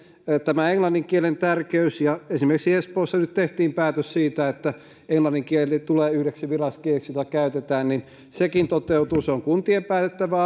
myös englannin kielen tärkeys ja esimerkiksi espoossa nyt tehtiin päätös siitä että englannin kieli tulee yhdeksi viralliseksi kieleksi jota käytetään niin että sekin toteutuu se on kuntien päätettävä